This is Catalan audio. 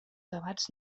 debats